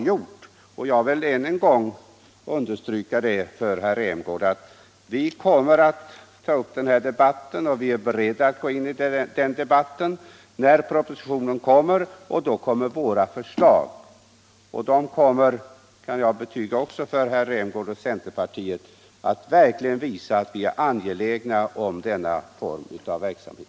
Jag vill till sist understryka det som herr Nordgren redan har klargjort, nämligen att vi är beredda att gå in i denna debatt när propositionen kommer, och då kommer vi att avge våra förslag. Jag kan betyga för herr Rämgård och centerpartiet att dessa förslag kommer att visa att vi verkligen är angelägna om denna verksamhet.